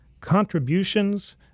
contributions